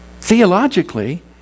Theologically